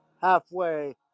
halfway